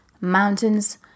mountains